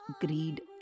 greed